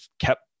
kept